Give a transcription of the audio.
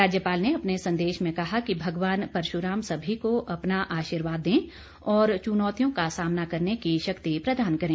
राज्यपाल ने अपने संदेश में कहा कि भगवान परशुराम सभी को अपना आशीर्वाद दें और चुनौतियों का सामना करने की शक्ति प्रदान करें